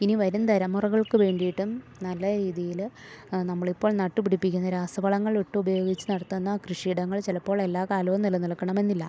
ഇനി വരും തലമുറകൾക്കു വേണ്ടിയിട്ടും നല്ല രീതിയിൽ നമ്മളിപ്പോൾ നട്ടു പിടിപ്പിക്കുന്ന രാസവളങ്ങൾ ഇട്ട് ഉപയോഗിച്ച് നടത്തുന്ന കൃഷിയിടങ്ങൾ ചിലപ്പോൾ എല്ലാ കാലവും നിലനിൽക്കണമെന്നില്ല